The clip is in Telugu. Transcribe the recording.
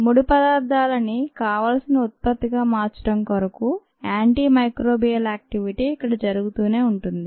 ముడిపదార్థాలనికావాల్సిన ఉత్పత్తిగా మార్చడం కొరకు యాంటీ మైక్రోబియల్ యాక్టివిటీ ఇక్కడ జరుగుతూనే ఉంటాయి